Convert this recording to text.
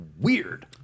weird